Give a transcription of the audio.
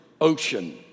ocean